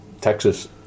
texas